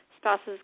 spouses